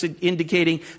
indicating